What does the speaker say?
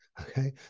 Okay